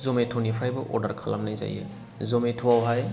Zomato निफ्रायबो अर्दार खालामनाय जायो जमेट' आवहाय